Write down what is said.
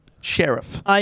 sheriff